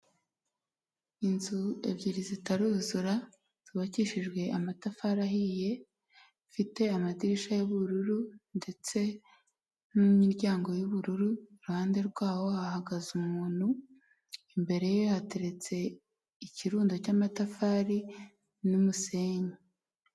Inzu ebyiri zitaruzura, zubakishijwe amatafari ahiye, zifite amadirishya y'ubururu ndetse n'imiryango y'ubururu, iruhande rwaho hahagaze umuntu, imbere ye hateretse ikirundo cy'amatafari n'umusenyi.